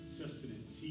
sustenance